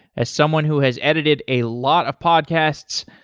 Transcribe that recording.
as someone who has edited a lot of podcasts,